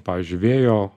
pavyzdžiui vėjo